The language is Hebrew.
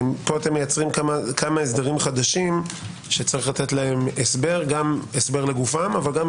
פה אתם מייצרים כמה הסדרים חדשים שיש לתת להם הסבר גם לגופם וגם